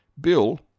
Bill